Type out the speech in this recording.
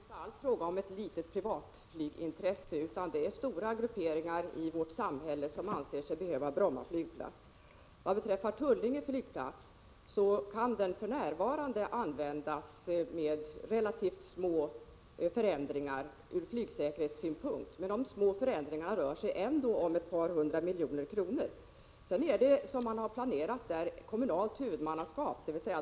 Herr talman! Det är faktiskt inte alls fråga om enbart ett litet privatflygsintresse, utan det är stora grupperingar i vårt samhälle som anser sig behöva Bromma flygplats. Tullinge flygplats kan användas för allmänflyg med relativt små förändringar ur flygsäkerhetssynpunkt. Men kostnaden för dessa ”små förändringar” rör sig ändå om ett par hundra miljoner kronor. Man har för Tullinge flygplats planerat ett kommunalt huvudmannaskap.